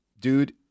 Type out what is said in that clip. dude